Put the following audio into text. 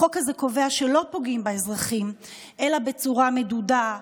החוק הזה קובע שלא פוגעים באזרחים אלא בצורה מדודה,